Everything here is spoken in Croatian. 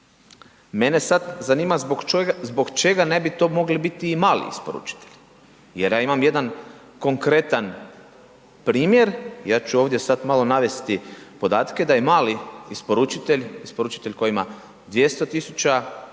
Mene sad zanima zbog čega ne bi to mogli biti i mali isporučitelji jer ja imam jedan konkretan primjer, ja ću ovdje sad malo navesti podatke da je mali isporučitelj, isporučitelj koji isporučuje